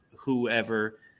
whoever